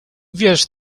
wiesz